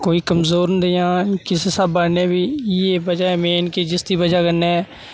कोई कमज़ोर होंदियां कि'स स्हाबै'नै बी इ'यै बजह् ऐ मेन के जिसदी बजह् कन्नै